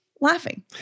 laughing